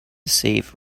save